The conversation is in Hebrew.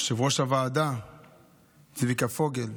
יושב-ראש הוועדה צביקה פוגל,